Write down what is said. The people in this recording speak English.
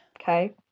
okay